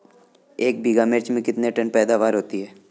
एक बीघा मिर्च में कितने टन पैदावार होती है?